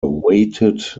weighted